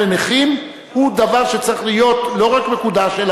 לנכים הוא דבר שצריך להיות לא רק מקודש,